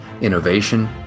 innovation